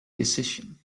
decision